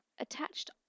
attached